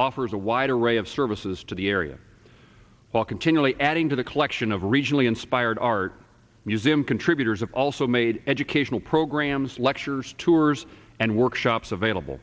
offers a wide array of services to the area while continually adding to the collection of regionally inspired art museum contributors of also made educational programs lectures tours and workshops available